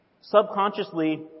subconsciously